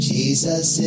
Jesus